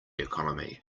economy